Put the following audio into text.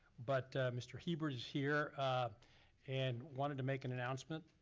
but, mr. hebert is here and wanted to make an announcement